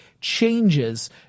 changes